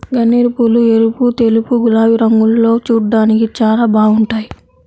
గన్నేరుపూలు ఎరుపు, తెలుపు, గులాబీ రంగుల్లో చూడ్డానికి చాలా బాగుంటాయ్